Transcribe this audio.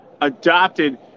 adopted